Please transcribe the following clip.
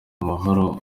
amahoro